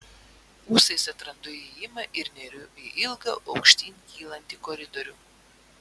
ūsais atrandu įėjimą ir neriu į ilgą aukštyn kylantį koridorių